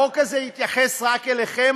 החוק הזה יתייחס רק אליכם?